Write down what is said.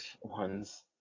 ones